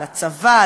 לצבא,